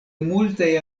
multaj